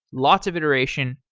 lots of iteration,